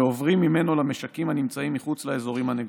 ועוברים ממנו למשקים הנמצאים מחוץ לאזורים הנגועים.